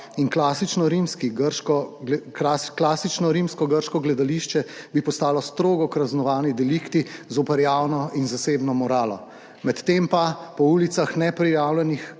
in klasično rimsko-grško gledališče bi postali strogo kaznovani delikti zoper javno in zasebno moralo. Medtem pa po ulicah na neprijavljenih